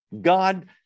God